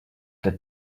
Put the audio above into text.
that